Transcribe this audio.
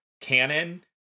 canon